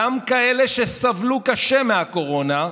גם כאלה שסבלו קשה מהקורונה,